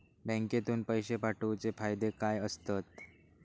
बँकेतून पैशे पाठवूचे फायदे काय असतत?